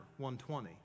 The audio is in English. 120